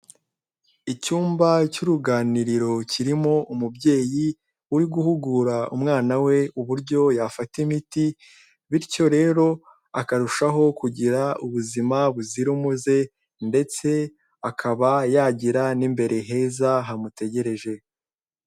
Icyumba cy'uruganiriro kirimo umubyeyi, uri guhugura umwana we uburyo yafata imiti, bityo rero akarushaho kugira ubuzima buzira umuze, ndetse akaba yagira n'imbere heza hamutegereje.